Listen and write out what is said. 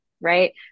Right